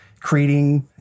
creating